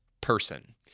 person